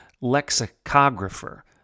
lexicographer